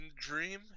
dream